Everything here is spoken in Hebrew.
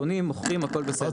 קונים מוכרים הכל בסדר.